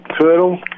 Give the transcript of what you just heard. Turtle